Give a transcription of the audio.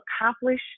accomplish